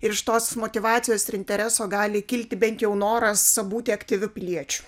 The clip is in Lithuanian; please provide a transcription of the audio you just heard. ir iš tos motyvacijos ir intereso gali kilti bent jau noras būti aktyviu piliečiu